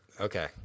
Okay